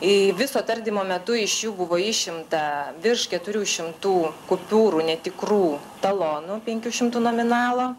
į viso tardymo metu iš jų buvo išimta virš keturių šimtų kupiūrų netikrų talonų penkių šimtų nominalo